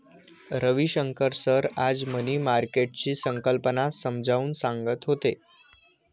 Ravishankar sir आज money मार्केटची संकल्पना समजावून सांगत होते